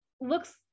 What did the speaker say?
looks